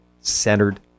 centered